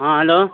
हँ हेलो